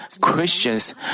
Christians